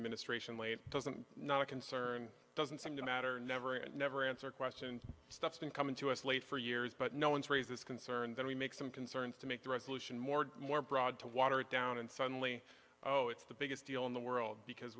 administration lee it doesn't not concern doesn't seem to matter never and never answer questions stuff been coming to us late for years but no one's raises concern then we make some concerns to make the resolution more and more broad to water it down and suddenly oh it's the biggest deal in the world because